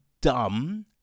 dumb